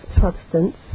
substance